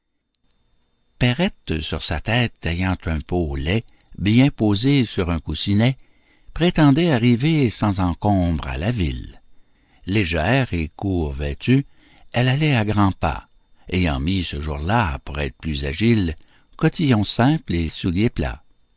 perrette sur sa tête ayant un pot au lait bien posé sur un coussinet prétendait arriver sans encombre à la ville légère et court vêtue elle allait à grands pas ayant mis ce jour-là pour être plus agile cotillon simple et souliers plats